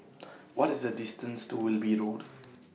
What IS The distance to Wilby Road